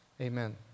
amen